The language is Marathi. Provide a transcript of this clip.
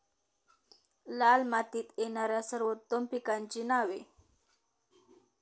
लाल मातीत येणाऱ्या सर्वोत्तम पिकांची नावे?